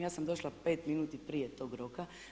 Ja sam došla 5 minuta prije tog roka.